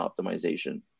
optimization